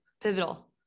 pivotal